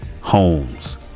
homes